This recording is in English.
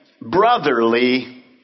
brotherly